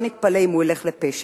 לא נתפלא אם הוא ילך לפשע.